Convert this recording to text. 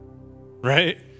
right